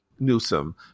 newsom